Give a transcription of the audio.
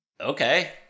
Okay